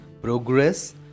progress